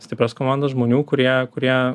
stiprios komandos žmonių kurie kurie